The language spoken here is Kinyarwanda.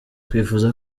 twifuza